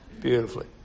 beautifully